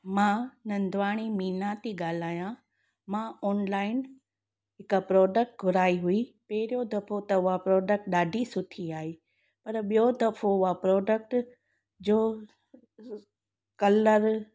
मां नंदवाणी मीना थी ॻाल्हायां मां ऑनलाइन हिकु प्रोडक्ट घुराई हुई पहिरियों दफ़ो त उहा प्रोडक्ट ॾाढी सुठी आई पर ॿियों दफ़ो उहा प्रोडक्ट जो कलर